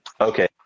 okay